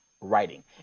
writing